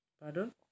Pardon